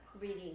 reading